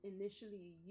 initially